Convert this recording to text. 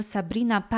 Sabrina